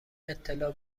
اطلاع